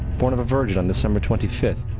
born of a virgin on december twenty fifth,